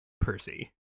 Percy